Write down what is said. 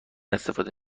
استفاده